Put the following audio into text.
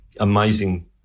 amazing